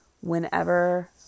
Whenever